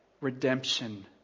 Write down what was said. redemption